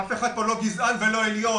אף אחד פה לא גזען ולא עליון.